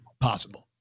possible